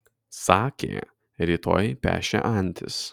sakė rytoj pešią antis